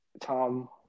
Tom